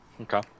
Okay